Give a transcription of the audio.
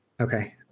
Okay